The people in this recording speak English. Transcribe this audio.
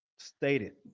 stated